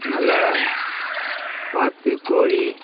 நல்ல வாத்து கோழி